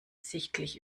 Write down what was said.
sichtlich